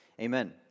Amen